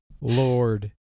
Lord